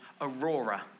Aurora